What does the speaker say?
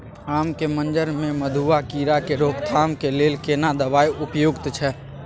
आम के मंजर में मधुआ कीरा के रोकथाम के लेल केना दवाई उपयुक्त छै?